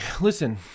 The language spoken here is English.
listen